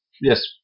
Yes